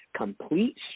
complete